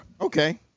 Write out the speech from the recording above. Okay